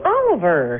Oliver